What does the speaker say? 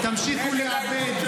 תמשיכו לאבד.